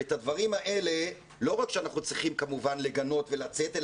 ואת הדברים האלה לא רק שאנחנו צריכים כמובן לגנות ולצאת,